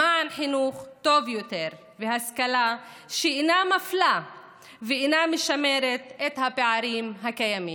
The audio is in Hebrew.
למען חינוך טוב יותר והשכלה שאינה מפלה ואינה משמרת את הפערים הקיימים.